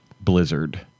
Blizzard